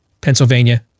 Pennsylvania